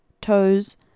toes